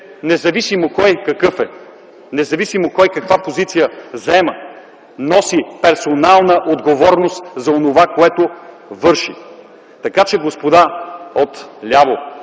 независимо кой какъв е, независимо кой каква позиция заема, носи персонална отговорност за онова, което върши! Така че, господа отляво,